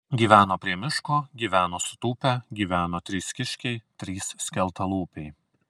gyveno prie miško gyveno sutūpę gyveno trys kiškiai trys skeltalūpiai